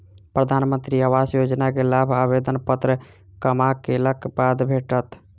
प्रधानमंत्री आवास योजना के लाभ आवेदन पत्र जमा केलक बाद भेटत